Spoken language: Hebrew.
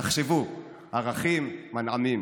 תחשבו: ערכים, מנעמים.